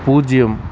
பூஜ்யம்